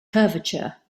curvature